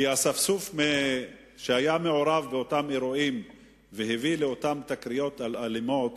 האספסוף שהיה מעורב באותם אירועים והביא לאותן תקריות אלימות